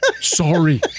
Sorry